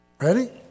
Ready